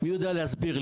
מי יודע להסביר לי?